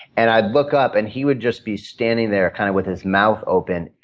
and i looked up, and he would just be standing there kind of with his mouth open,